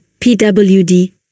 PWD